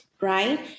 right